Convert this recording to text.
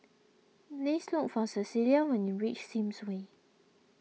please look for Cecelia when you reach Sims Way